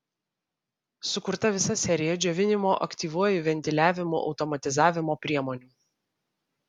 sukurta visa serija džiovinimo aktyviuoju ventiliavimu automatizavimo priemonių